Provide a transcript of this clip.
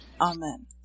Amen